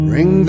Ring